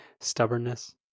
Stubbornness